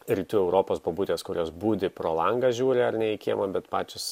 rytų europos bobutės kurios budi pro langą žiūri ar ne į kiemą bet pačios